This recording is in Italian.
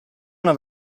una